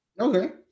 Okay